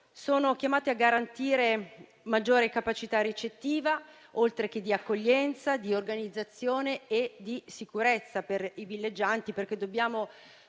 sono chiamate a garantire maggior capacità ricettiva, oltre che di accoglienza, di organizzazione e di sicurezza per i villeggianti, perché dobbiamo